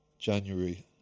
January